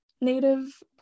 Native